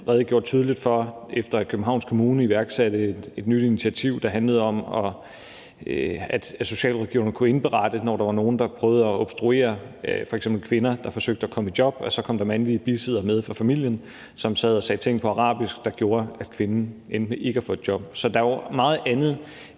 der jo bl.a. redegjort tydeligt for, efter at Københavns Kommune iværksatte et nyt initiativ, der handlede om, at socialrådgiverne kunne indberette, når der var nogle, der prøvede at obstruere – f.eks. kvinder, der forsøgte at komme i job, og så kom der mandlige bisiddere med fra familien, som sad og sagde ting på arabisk, der gjorde, at kvinden endte med ikke at få et job. Så der er jo meget andet